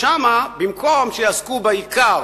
שם, במקום שיעסקו בעיקר,